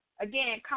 Again